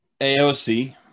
AOC